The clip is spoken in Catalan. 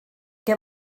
què